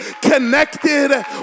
connected